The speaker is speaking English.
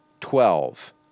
twelve